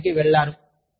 మీరు పనికి వెళ్ళారు